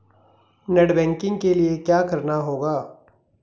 Net banking के लिए क्या करना होगा?